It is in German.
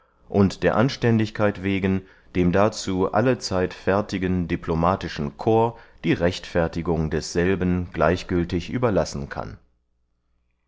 und der anständigkeit wegen dem dazu allezeit fertigen diplomatischen corps die rechtfertigung desselben gleichgültig überlassen kann